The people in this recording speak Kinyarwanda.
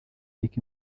luc